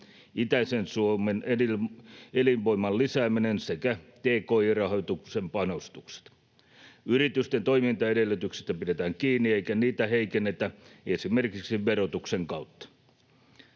itäisen Suomen elinvoiman lisääminen sekä tki-rahoituksen panostukset. Yritysten toimintaedellytyksistä pidetään kiinni, eikä niitä heikennetä esimerkiksi verotuksen kautta.